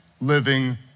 living